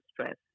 stress